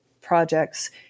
projects